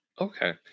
okay